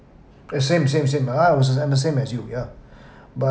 eh same same same I also same I'm the same as you yeah but uh as I go into yeah